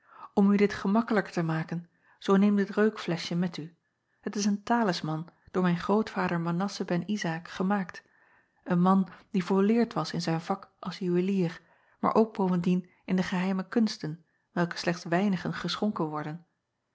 om u dit gemakkelijker te maken zoo neem dit reukfleschje met u het is een talisman door mijn grootvader anasse ben zaak gemaakt een man die volleerd was in zijn vak als juwelier maar ook bovendien in de geheime kunsten welke slechts weinigen geschonken worden